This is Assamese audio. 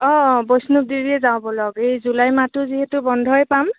অঁ অঁ বৈষ্ণৱদেৱীয়ে যাও ব'লক এই জুলাই মাহটো যিহেতু বন্ধই পাম